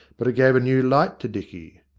but it gave a new light to dicky.